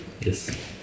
Yes